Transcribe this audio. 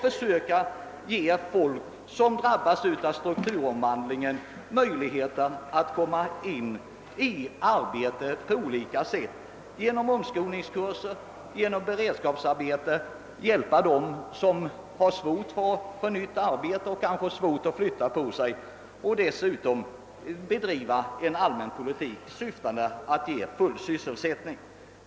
hjälpa dem som drabbas av strukturomvandlingen och som kanske ogärna flyttar från sin bygd och på viljan att bedriva en allmän arbetsmarknadspolitik som syftar till att åstadkomma full sysselsättning.